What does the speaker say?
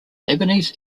lebanese